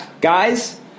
Guys